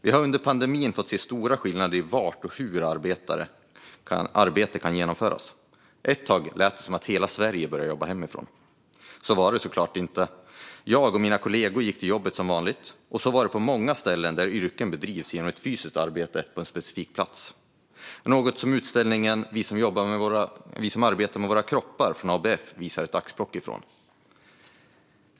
Vi har under pandemin sett stora skillnader i var och hur arbete kan genomföras. Ett tag lät det som att hela Sverige började jobba hemifrån. Så var det såklart inte. Jag och mina kollegor gick till jobbet som vanligt. Så var det på många ställen där yrken bedrivs genom ett fysiskt arbete på en specifik plats. Detta visar ABF:s utställning Vi som arbetar med våra kroppar ett axplock från.